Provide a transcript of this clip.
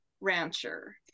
rancher